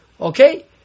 okay